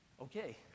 Okay